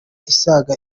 isaga